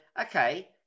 okay